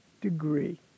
degree